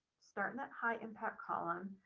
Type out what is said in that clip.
starting at high impact column,